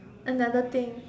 another thing